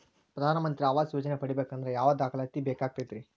ಪ್ರಧಾನ ಮಂತ್ರಿ ಆವಾಸ್ ಯೋಜನೆ ಪಡಿಬೇಕಂದ್ರ ಯಾವ ದಾಖಲಾತಿ ಬೇಕಾಗತೈತ್ರಿ?